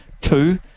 two